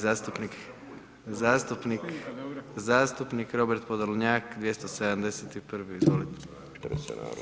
Zastupnik Robert Podolnjak 271., izvolite.